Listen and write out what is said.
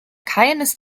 keines